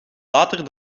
later